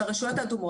ברשותכם,